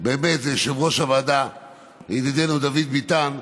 באמת, זה יושב-ראש הוועדה ידידנו דוד ביטן,